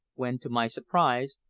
when, to my surprise,